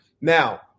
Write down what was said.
Now